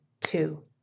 two